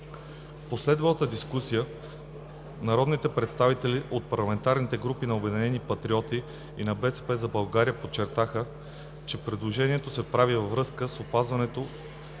В последвалата дискусия народни представители от парламентарните групи на Обединените патриоти и на „БСП за България“ подчертаха, че предложението се прави във връзка с опасността